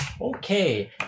Okay